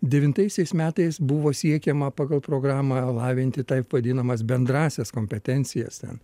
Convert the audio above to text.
devintaisiais metais buvo siekiama pagal programą lavinti taip vadinamas bendrąsias kompetencijas ten